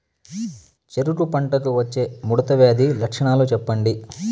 చెరుకు పంటకు వచ్చే ముడత వ్యాధి లక్షణాలు చెప్పండి?